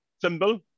symbol